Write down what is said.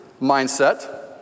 mindset